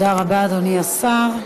תודה רבה, אדוני השר.